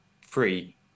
free